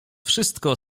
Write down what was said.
wszystko